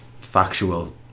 factual